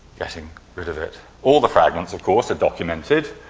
getting rid of it. all the fragments of course are documented.